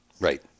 right